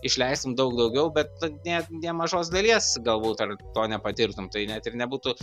išleistum daug daugiau bet nu nė nė mažos dalies galbūt ar to nepatirtum tai net ir nebūtų